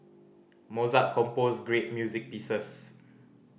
Mozart composed great music pieces